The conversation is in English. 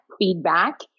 feedback